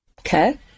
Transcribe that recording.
Okay